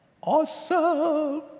Awesome